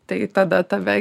tai tada tave